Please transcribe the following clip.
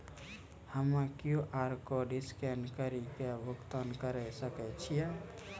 हम्मय QR code scan कड़ी के भुगतान करें सकय छियै?